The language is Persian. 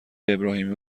ابراهیمی